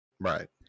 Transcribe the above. Right